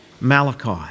Malachi